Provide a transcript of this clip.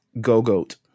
Go-Goat